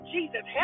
Jesus